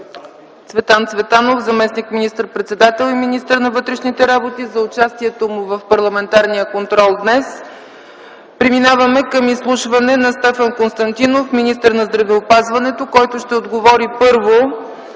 Цветан Цветанов – заместник министър-председател и министър на вътрешните работи, за участието му в парламентарния контрол днес. Преминаваме към изслушване на Стефан Константинов – министър на здравеопазването, който ще отговори първо